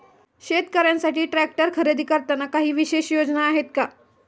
शेतकऱ्यांसाठी ट्रॅक्टर खरेदी करताना काही विशेष योजना आहेत का?